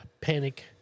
panic